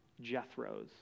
Jethro's